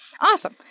Awesome